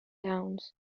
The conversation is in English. towns